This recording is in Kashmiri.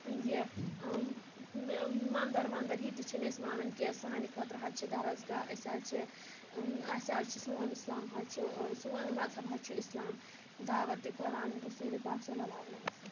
یہِ مَنٛدَر وَنٛدَر یہِ تہِ چھِنہٕ أسۍ مانان کینٛہہ سانہِ خٲطرٕ حظ چھِ درزگاہ أسۍ حظ چھِ اَسہِ حظ چھِ سون اِسلام حظ چھُ سون مذہب حظ چھُ اِسلام دعوت قۄرآن رسُولہِ پَاکھ صلی اللہ عَلیہہِ وَسَلم